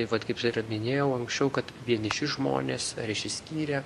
vat kaip čia ir minėjau anksčiau kad vieniši žmonės ar išsiskyrę